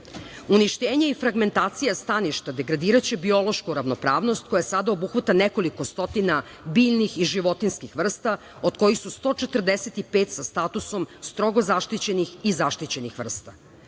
Uništenje i fragmentacija staništa degradiraće biološku ravnopravnost koja sada obuhvata nekoliko stotina biljnih i životinjskih vrsta, od kojih su 145 sa statusom "strogo zaštićenih" i "zaštićenih"